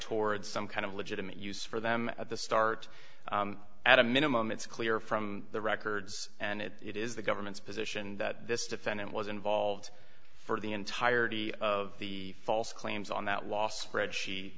toward some kind of legitimate use for them at the start at a minimum it's clear from the records and it is the government's position that this defendant was involved for the entirety of the false claims on that last spread she